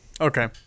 Okay